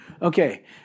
Okay